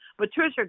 Patricia